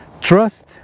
trust